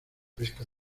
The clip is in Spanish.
pesca